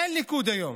אין ליכוד היום.